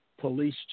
police